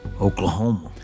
Oklahoma